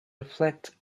reflect